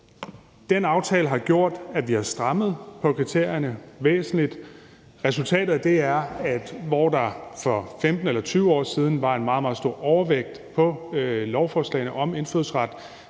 Den aftale har gjort, at vi har strammet kriterierne væsentligt. Resultatet af det er, at hvor der for 15 eller 20 år siden var en meget, meget stor overvægt, der havde baggrund i Mellemøsten